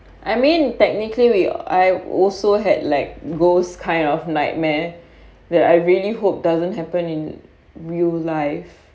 I mean technically we I also had like ghosts kind of nightmare that I really hope doesn't happen in real life